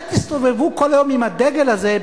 אל תסתובבו כל היום עם הדגל הזה,